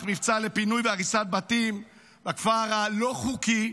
מבצע לפינוי והריסת בתים בכפר הלא-חוקי,